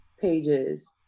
pages